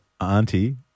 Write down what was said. auntie